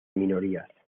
minorías